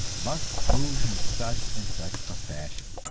must move in such and such a fashion.